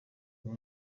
uyu